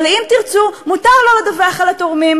אבל ל"אם תרצו" מותר לא לדווח על התורמים,